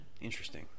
Interesting